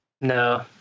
no